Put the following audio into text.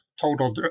total